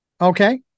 Okay